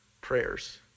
prayers